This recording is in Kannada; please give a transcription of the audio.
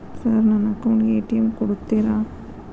ಸರ್ ನನ್ನ ಅಕೌಂಟ್ ಗೆ ಎ.ಟಿ.ಎಂ ಕೊಡುತ್ತೇರಾ?